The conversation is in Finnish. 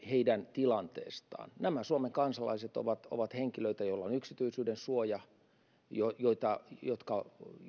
tilanteesta nämä suomen kansalaiset ovat ovat henkilöitä joilla on yksityisyydensuoja ja jotka